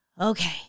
okay